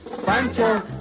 Pancho